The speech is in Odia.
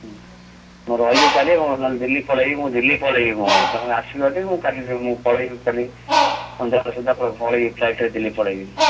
ହୁଁ ମୁଁ ରହିବି କାଲି ଦିଲ୍ଲୀ ପଳେଇବି ମୁଁ ଦିଲ୍ଲୀ ପଳେଇବି ମୁଁ ତୁମେ ଆସିବ ଯଦି ମୁଁ କାଲି ମୁଁ ପଳେଇବି କାଲି ସନ୍ଧ୍ୟାବେଳ ସୁଦ୍ଧା ପଳେଇବି ଫ୍ଲାଇଟ୍ରେ ଦିଲ୍ଲୀ ପଳେଇବି